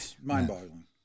mind-boggling